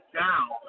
down